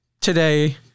today